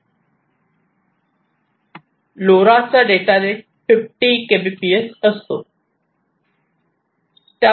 LoRa चा data rate 50 kbps असतो